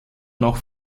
noch